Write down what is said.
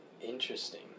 Interesting